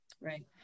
Right